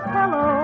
Hello